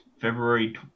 February